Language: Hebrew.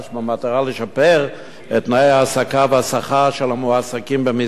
לשפר את תנאי ההעסקה והשכר של המועסקים במסגרתו,